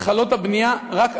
התחלות הבנייה רק עלו.